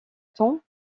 temps